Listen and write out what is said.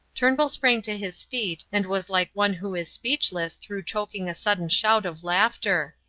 turnbull sprang to his feet and was like one who is speechless through choking a sudden shout of laughter.